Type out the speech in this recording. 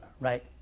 right